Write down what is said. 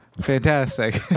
fantastic